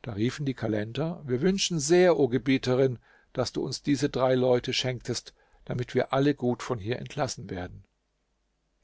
da riefen die kalender wir wünschen sehr o gebieterin daß du uns diese drei leute schenktest damit wir alle gut von hier entlassen werden